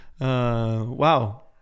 Wow